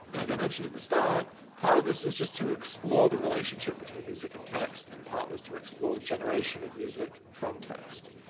as i mentioned at the start, part of this was just to explore the relationship between music and text, and part was to explore a generation of music from text.